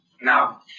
Now